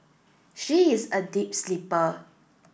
she is a deep sleeper